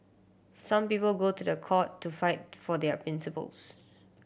some people go to the court to fight for their principles